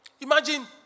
imagine